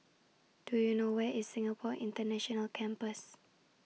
Do YOU know Where IS Singapore International Campus